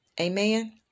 amen